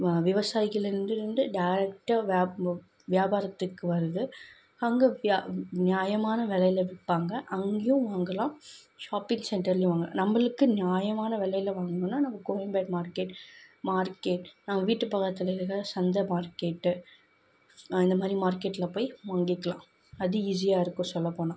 வ விவசாயிகளிடமிருந்து டேரெக்டாக வியா வியாபாரத்துக்கு வருது அங்கே வியா நியாயமான விலையில விற்பாங்க அங்கேயும் வாங்கலாம் ஷாப்பிங் சென்டர்லையும் வாங்கலாம் நம்பளுக்கு நியாயமான விலைல வாங்கணுன்னா நம்ம கோயம்பேடு மார்க்கெட் மார்க்கெட் நம்ம வீட்டு பக்கத்தில் இருக்கிற சந்தை மார்க்கெட்டு இந்த மாரி மார்க்கெட்டில் போய் வாங்கிக்கலாம் அது ஈஸியாகருக்கும் சொல்லப்போனால்